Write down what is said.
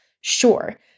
Sure